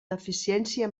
deficiència